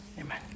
amen